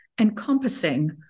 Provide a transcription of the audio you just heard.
encompassing